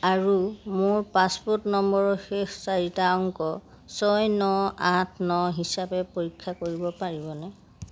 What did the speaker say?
আৰু মোৰ পাছপোৰ্ট নম্বৰৰ শেষ চাৰিটা অংক ছয় ন আঠ ন হিচাপে পৰীক্ষা কৰিব পাৰিবনে